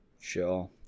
Sure